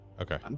Okay